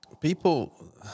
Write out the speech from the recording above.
people